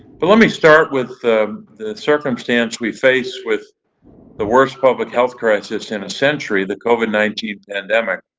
but let me start with the the circumstance we face with the worst public health crisis in a century, the covid nineteen pandemic,